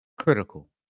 critical